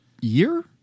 year